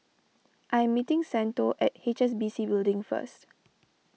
I am meeting Santo at H S B C Building first